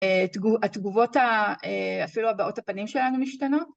התגובות, אפילו הבעות הפנים שלנו משתנות